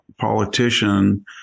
politician